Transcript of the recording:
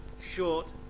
short